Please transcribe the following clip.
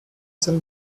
cell